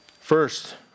First